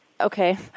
Okay